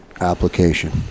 application